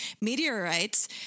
meteorites